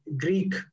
Greek